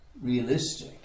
realistic